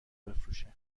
بفروشن